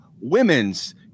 women's